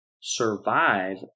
survive